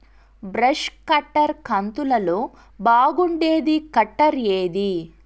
Brush cutter కంతులలో బాగుండేది cutter ఏది?